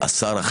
אכן השר,